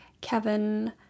Kevin